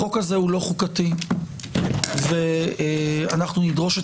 החוק הזה הוא לא חוקתי ואנחנו נדרוש את